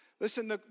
Listen